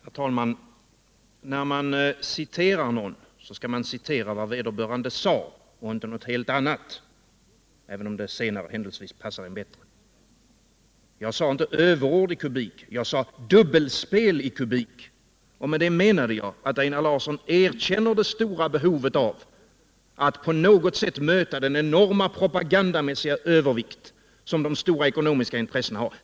Herr talman! När man citerar någon skall man citera vad vederbörande sade och inte något helt annat — även om det senare händelsevis passar en bättre. Jag sade inte överord i kubik. Jag sade dubbelspel i kubik. Med det menade jag att Einar Larsson erkänner det stora behovet att på något sätt möta den enorma propagandamässiga övervikt som de stora ekonomiska intressena har.